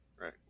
Right